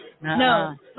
No